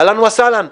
אהלן וסהלן,